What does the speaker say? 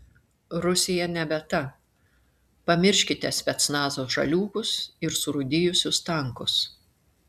rusija nebe ta pamirškite specnazo žaliūkus ir surūdijusius tankus